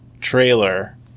trailer